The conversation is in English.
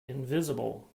invisible